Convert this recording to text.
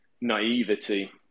naivety